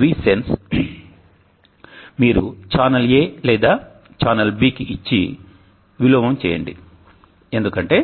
VSENSE మీరు channel A లేదా channel B కి ఇచ్చి విలోమం చేయండి ఎందుకంటే